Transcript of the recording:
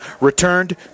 returned